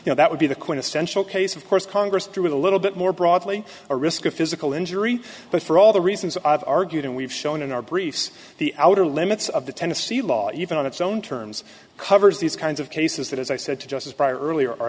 you know that would be the quintessential case of course congress do with a little bit more broadly a risk of physical injury but for all the reasons i've argued and we've shown in our briefs the outer limits of the tennessee law even on its own terms covers these kinds of cases that as i said to justice prior earlier